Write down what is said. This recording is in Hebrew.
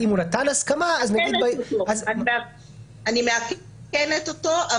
אם הוא נתן הסכמה אז --- אני מאכנת אותו,